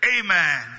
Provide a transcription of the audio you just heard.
amen